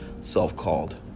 self-called